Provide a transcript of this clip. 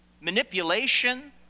manipulation